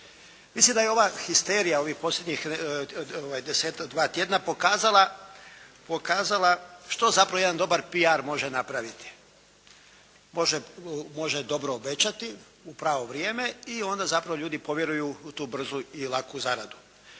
Mislim da je ova histerija ovih posljednjih 10-tak, dva tjedna pokazala što zapravo jedan dobar PR može napraviti, može dobro obećati u pravo vrijeme i onda zapravo ljudi povjeruju u tu brzu i laku zaradu.